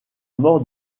mort